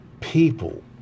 people